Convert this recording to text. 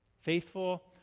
Faithful